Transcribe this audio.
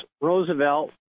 Roosevelt